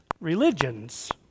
religions